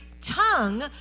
tongue